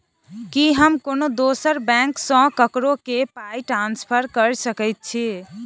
की हम कोनो दोसर बैंक सँ ककरो केँ पाई ट्रांसफर कर सकइत छि?